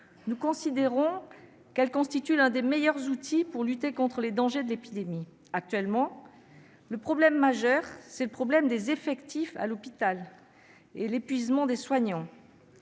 Nous considérons que celle-ci constitue l'un des meilleurs outils pour lutter contre les dangers de l'épidémie. Actuellement, le problème majeur est celui des effectifs à l'hôpital et de l'épuisement des soignants.